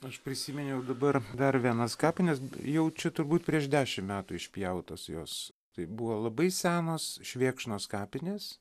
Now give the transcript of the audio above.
aš prisiminiau dabar dar vienas kapines jau čia turbūt prieš dešim metų išpjautos jos tai buvo labai senos švėkšnos kapinės